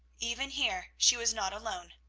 even here, she was not alone.